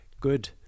good